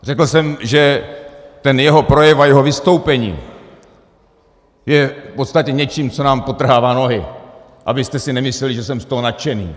Řekl jsem, že ten jeho projev a jeho vystoupení je v podstatě něčím, co nám podtrhává nohy, abyste si nemysleli, že jsem z toho nadšený.